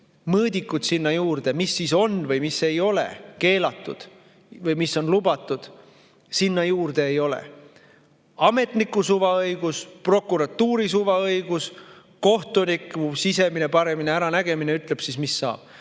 mõõdikut, mis siis on või mis ei ole keelatud või mis on lubatud, sinna juurde ei ole. Ametniku suvaõigus, prokuratuuri suvaõigus, kohtuniku sisemine paremini äranägemine ütleb, mis saab.